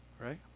right